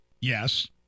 yes